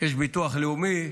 יש ביטוח לאומי,